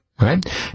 Right